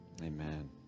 Amen